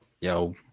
Yo